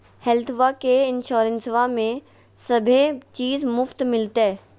हेल्थबा के इंसोरेंसबा में सभे चीज मुफ्त मिलते?